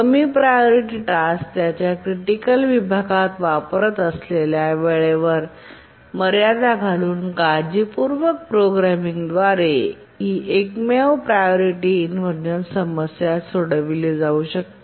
कमी priority task त्याच्या critical विभागात वापरत असलेल्या वेळेवर मर्यादा घालून काळजीपूर्वक प्रोग्रामिंग द्वारे ही एकमेव प्रायोरिटी इनव्हर्जन समस्या सोडविली जाऊ शकते